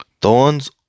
Thorns